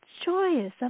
joyous